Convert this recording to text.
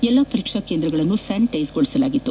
ಎಲ್ಲ ಪರೀಕ್ಷಾ ಕೇಂದ್ರಗಳನ್ನು ಸ್ಥಾನಿಟೈಜ್ ಮಾಡಲಾಗಿತ್ತು